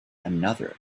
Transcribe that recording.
another